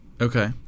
Okay